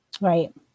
right